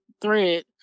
thread